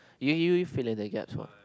you you you fill in the gaps what